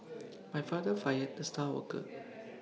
my father fired the star worker